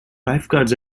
lifeguards